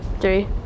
three